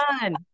done